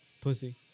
Pussy